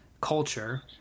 culture